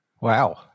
Wow